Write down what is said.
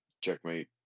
Checkmate